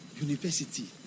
university